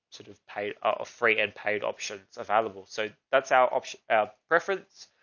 sort of paid or free and paid options available. so that's our option, our preference.